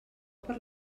per